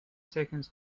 seconds